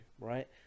right